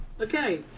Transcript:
Okay